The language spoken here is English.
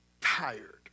tired